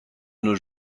nos